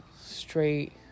straight